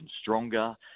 stronger